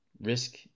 risk